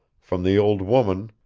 from the old woman,